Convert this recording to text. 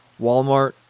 Walmart